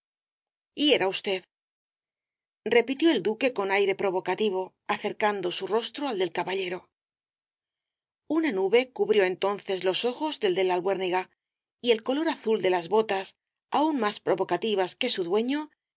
castro hiera usted repitió el duque con aire provocativo acercando su rostro al del caballero una nube cubrió entonces los ojos del de la albuérniga y el color azul de las botas aún más provocativas que su dueño